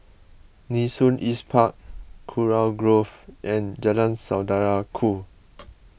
Nee Soon East Park Kurau Grove and Jalan Saudara Ku